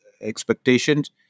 expectations